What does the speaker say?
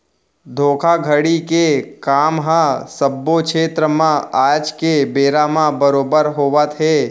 धोखाघड़ी के काम ह सब्बो छेत्र म आज के बेरा म बरोबर होवत हे